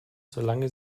solange